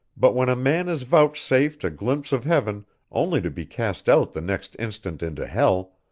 but when a man is vouchsafed a glimpse of heaven only to be cast out the next instant into hell,